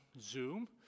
Zoom